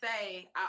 say